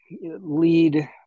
lead